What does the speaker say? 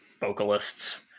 vocalists